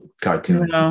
cartoon